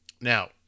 now